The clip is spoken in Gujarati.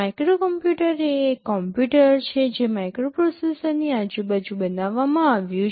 માઇક્રોકોમ્પ્યુટર એ એક કમ્પ્યુટર છે જે માઇક્રોપ્રોસેસરની આજુબાજુ બનાવવામાં આવ્યું છે